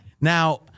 now